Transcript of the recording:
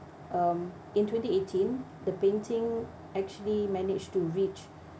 um in twenty eighteen the painting actually managed to reach